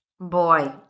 Boy